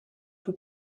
peu